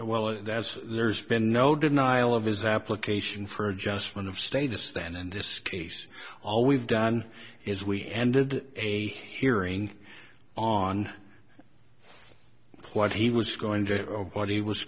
well it as there's been no denial of his application for adjustment of status than in this case all we've done is we ended a hearing on a plot he was going to what he was